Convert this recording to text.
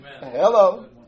Hello